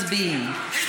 מצביעים.